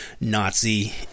nazi